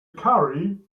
carry